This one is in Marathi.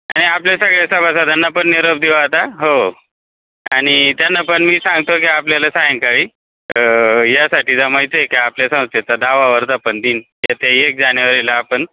आणि आपल्या सगळ्या सभासदांना पण निरोप देऊ आता हो आणि त्यांना पण मी सांगतो की आपल्याला सायंकाळी यासाठी जमायचं आहे की आपल्या संस्थेचा दहावा वर्धापनदिन येत्या एक जानेवारीला आपण